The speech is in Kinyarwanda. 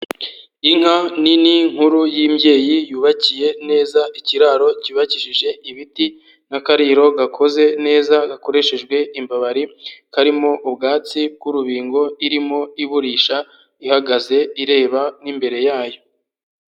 Inka nini nkuru y'imbyeyi yubakiye neza, ikiraro cyubakishije ibiti n'akariro gakoze neza gakoreshejwe imbabari, karimo ubwatsi bw'urubingo, irimo iburisha ihagaze ireba n'imbere yayo.